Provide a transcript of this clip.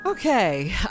Okay